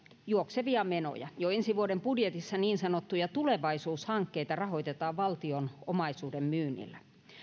juoksevia menoja jo ensi vuoden budjetissa niin sanottuja tulevaisuushankkeita rahoitetaan valtion omaisuuden myynnillä